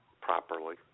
properly